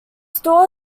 store